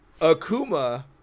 Akuma